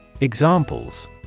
Examples